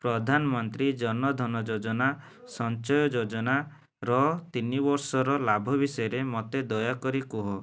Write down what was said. ପ୍ରଧାନମନ୍ତ୍ରୀ ଜନ ଧନ ଯୋଜନା ସଞ୍ଚୟ ଯୋଜନାର ତିନି ବର୍ଷର ଲାଭ ବିଷୟରେ ମୋତେ ଦୟାକରି କୁହ